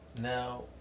Now